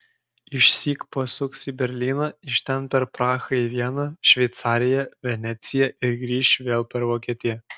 išsyk pasuks į berlyną iš ten per prahą į vieną šveicariją veneciją ir grįš vėl per vokietiją